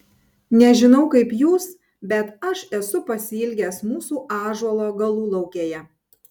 nežinau kaip jūs bet aš esu pasiilgęs mūsų ąžuolo galulaukėje